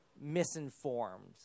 misinformed